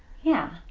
yeah,